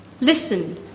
Listen